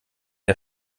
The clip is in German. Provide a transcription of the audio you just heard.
der